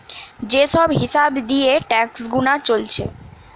যে সব হিসাব দিয়ে ট্যাক্স গুনা চলছে